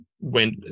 went